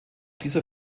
dieser